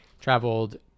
traveled